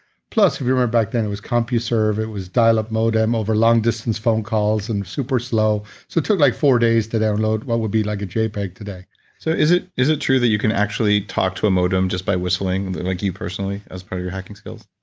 plus if you remember back then, it was compuserve, it was dial-up modem over long-distance phone calls and super slow. so it took like four days to download what would be like a jpeg today so is it is it true that you can actually talk to a modem just by whistling, like you personally, as per your hacking skills?